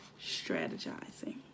strategizing